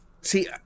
See